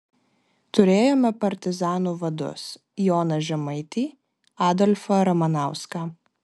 turėjome partizanų vadus joną žemaitį adolfą ramanauską